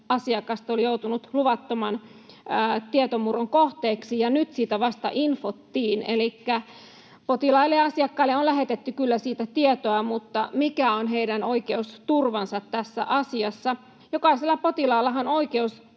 asiakasta oli joutunut luvattoman tietomurron kohteeksi, ja nyt siitä vasta infottiin, elikkä potilaille ja asiakkaille on lähetetty kyllä siitä tietoa, mutta mikä on heidän oikeusturvansa tässä asiassa? Jokaisella potilaallahan